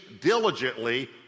diligently